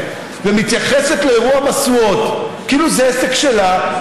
ומתייחסת לאירוע המשואות כאילו זה עסק שלה,